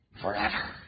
forever